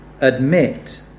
admit